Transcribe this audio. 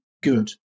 Good